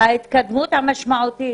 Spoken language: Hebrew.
ההתקדמות המשמעותית